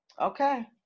Okay